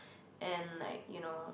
and like you know